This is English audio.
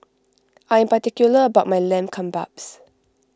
I am particular about my Lamb Kebabs